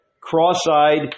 cross-eyed